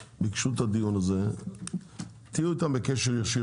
התחנה בבאר שבע היא תחנה מורכבת,